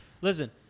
Listen